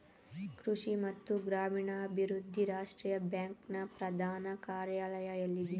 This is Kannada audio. ಕೃಷಿ ಮತ್ತು ಗ್ರಾಮೀಣಾಭಿವೃದ್ಧಿ ರಾಷ್ಟ್ರೀಯ ಬ್ಯಾಂಕ್ ನ ಪ್ರಧಾನ ಕಾರ್ಯಾಲಯ ಎಲ್ಲಿದೆ?